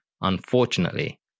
Unfortunately